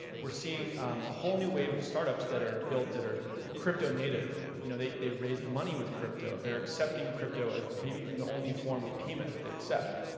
we're seeing a whole new wave of startups that are built that are crypto-native. you know, they they raised money with crypto, they're accepting crypto as maybe even the only form of payment that they accept.